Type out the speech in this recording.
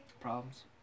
Problems